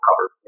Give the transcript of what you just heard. cover